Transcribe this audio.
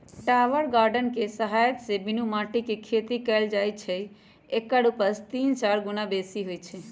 tower garden कें सहायत से बीनु माटीके खेती कएल जाइ छइ एकर उपज तीन चार गुन्ना बेशी होइ छइ